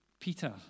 peter